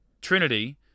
Trinity